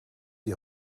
die